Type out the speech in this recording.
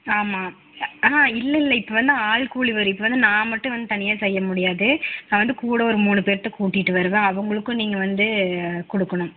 ஆமாம் ஆ இல்லை இல்லை இப்போ வந்து ஆள் கூலி வரும் இப்போ வந்து நான் மட்டும் வந்து தனியாக செய்ய முடியாது வந்து கூட ஒரு மூணு பேர்த்த கூட்டிகிட்டு வருவேன் அவங்களுக்கும் நீங்கள் வந்து கொடுக்கணும்